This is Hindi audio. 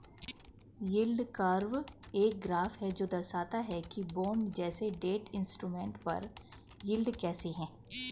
यील्ड कर्व एक ग्राफ है जो दर्शाता है कि बॉन्ड जैसे डेट इंस्ट्रूमेंट पर यील्ड कैसे है